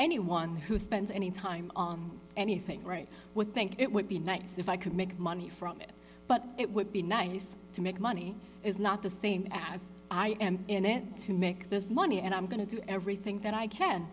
anyone who spends any time anything right would think it would be nice if i could make money from it but it would be nice to make money is not the same as i am in it to make this money and i'm going to do everything that i can